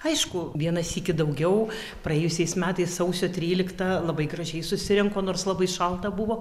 aišku vieną sykį daugiau praėjusiais metais sausio tryliktą labai gražiai susirinko nors labai šalta buvo